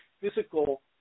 physical